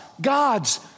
God's